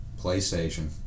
PlayStation